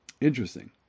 Interesting